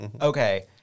Okay